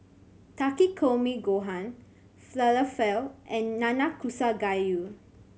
Takikomi Gohan Falafel and Nanakusa Gayu